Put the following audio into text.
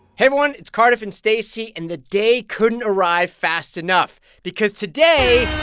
everyone. it's cardiff and stacey, and the day couldn't arrive fast enough because today.